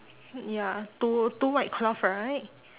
ya two two white cloth right